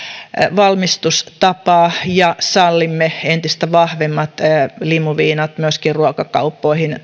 valmistustapaa ja sallimme entistä vahvemmat limuviinat myöskin ruokakauppoihin